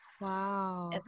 wow